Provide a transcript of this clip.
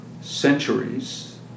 centuries